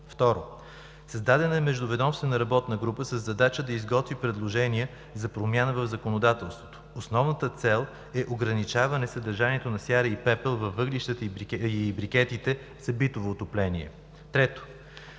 г. 2. Създадена е междуведомствена работна група със задача да изготви предложения за промяна в законодателството. Основната цел е ограничаване съдържанието на сяра и пепел във въглищата и брикетите за битово отопление. 3.